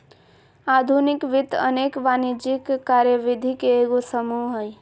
आधुनिक वित्त अनेक वाणिज्यिक कार्यविधि के एगो समूह हइ